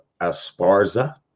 Asparza